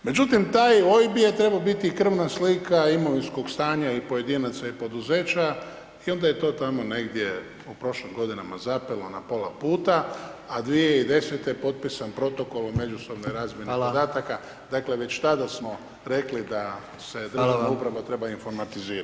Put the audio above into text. Međutim, taj OIB je trebao biti krvna slika imovinskog stanja i pojedinaca i poduzeća i onda je to tamo negdje u prošlim godinama zapelo na pola puta, a 2010.-te je potpisan Protokol o međusobnoj razmjeni [[Upadica: Hvala]] podataka, dakle, već tada smo rekli da se [[Upadica: Hvala vam]] državna uprava treba informatizirati.